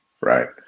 right